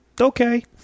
Okay